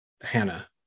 Hannah